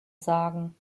sagen